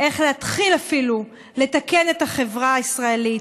איך להתחיל אפילו לתקן את החברה הישראלית,